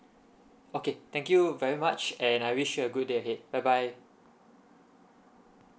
okay thank you very much and I wish you a good day ahead bye bye